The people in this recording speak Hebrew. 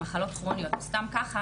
מחלות כרוניות או סתם ככה